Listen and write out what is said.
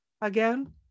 again